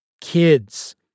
Kids